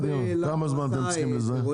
כמה זמן אתן צריכות בשביל זה?